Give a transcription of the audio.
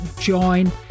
join